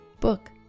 book